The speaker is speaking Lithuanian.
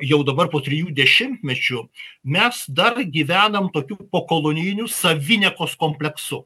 jau dabar po trijų dešimtmečių mes dar gyvenam tokių pokolonijiniu saviniekos kompleksu